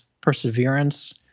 perseverance